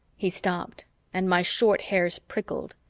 he stopped and my short hairs prickled.